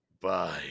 Bye